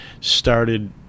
started